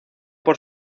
por